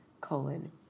colon